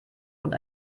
und